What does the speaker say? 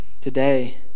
today